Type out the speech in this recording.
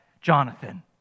Jonathan